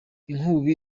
inkubi